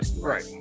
right